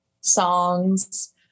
songs